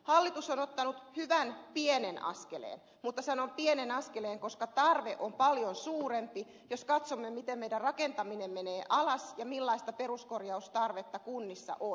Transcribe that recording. hallitus on ottanut hyvän pienen askeleen mutta sanon pienen askeleen koska tarve on paljon suurempi jos katsomme miten meidän rakentamisemme menee alas ja millaista peruskorjaustarvetta kunnissa on